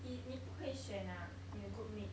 已你不可以选啊你的 groupmate